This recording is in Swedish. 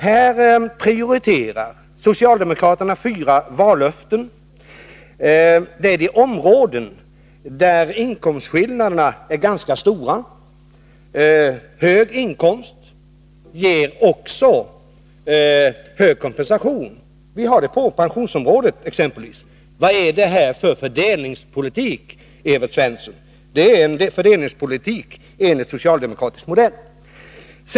Här prioriterar socialdemokraterna fyra vallöften. Det gäller områden där inkomstskillnaderna är ganska stora. Hög inkomst ger också hög kompensation. Så är det exempelvis på pensionsområdet. Vad är detta för fördelningspolitik, Evert Svensson? Det är en fördelningspolitik enligt socialdemokratisk modell.